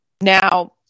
Now